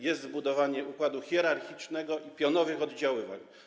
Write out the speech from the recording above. Jest budowanie układu hierarchicznego i pionowych oddziaływań.